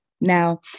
Now